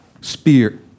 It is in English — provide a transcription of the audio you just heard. spear